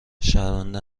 شرمنده